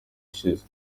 ishize